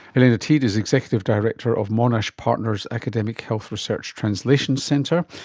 helena teede is executive director of monash partners academic health research translation centre.